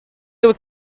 would